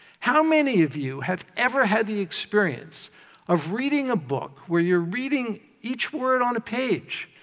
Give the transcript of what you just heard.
how many of you have ever had the experience of reading a book where you're reading each word on a page,